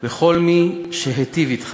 לכל מה שהיטיב אתך.